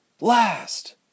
Last